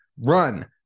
run